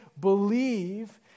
believe